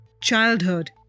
Childhood